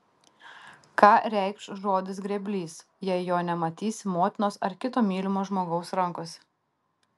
ką reikš žodis grėblys jei jo nematysi motinos ar kito mylimo žmogaus rankose